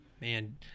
man